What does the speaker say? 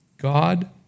God